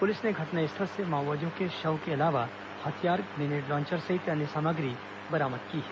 police ने घटनास्थल से माओवादियों के शव के अलावा हथियार ग्रेनेड लॉन्चर सहित अन्य सामग्री बरामद की है